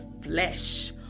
flesh